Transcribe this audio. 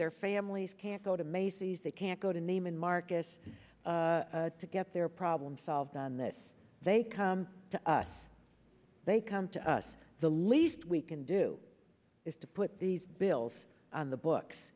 their families can't go to macy's they can't go to name in marcus to get their problem solved on this they come to us they come to us the least we can do is to put these bills on the